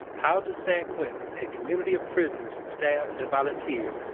how does san quentin, a community of prisoners, staff, and volunteers,